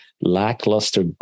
Lackluster